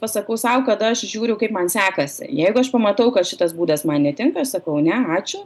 pasakau sau kad aš žiūriu kaip man sekasi jeigu aš pamatau kad šitas būdas man netinka sakau ne ačiū